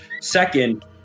Second